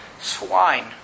swine